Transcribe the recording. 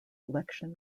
election